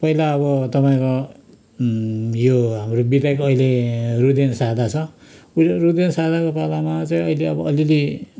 पहिला अब तपाईँको यो हाम्रो विधायक अहिले रुदेन सादा छ रुदेन सादाको पालामा चाहिँ अहिले अब अलिअलि